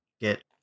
get